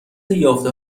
یافته